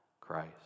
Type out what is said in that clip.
Christ